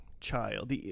child